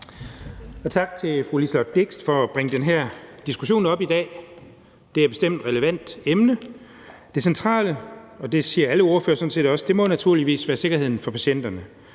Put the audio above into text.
Tak til fru Liselott Blixt for at bringe den her diskussion op i dag. Det er bestemt et relevant emne. Det centrale – og det siger alle ordførere sådan set også – må naturligvis være sikkerheden for patienterne,